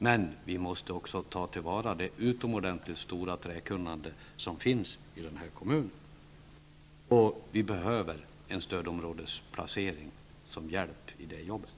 Men vi måste också ta till vara det utomordentligt stora träkunnande som finns i kommunen. Vi behöver en stödområdesplacering som hjälp i det jobbet.